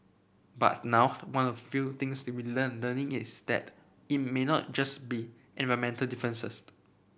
but now one of the few things we are learn learning is that it may not just be environmental